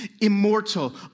immortal